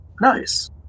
Nice